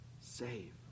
save